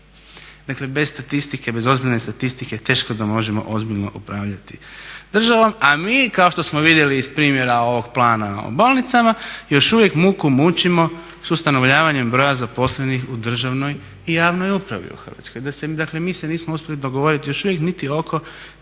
Dakle bez statistike, bez ozbiljne statistike teško da možemo ozbiljno upravljati državom. A mi kao što smo vidjeli iz primjera ovog plana o bolnicama još uvijek muku mučimo s ustanovljavanjem broja zaposlenih u državnoj i javnoj upravi u Hrvatskoj. Dakle mi se nismo uspjeli dogovoriti još uvijek niti oko